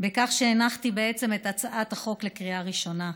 בכך שהנחתי בעצם את הצעת החוק לקריאה ראשונה.